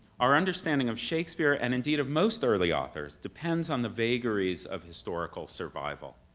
our understanding of shakespeare and indeed of most early authors depends on the vagaries of historical survival.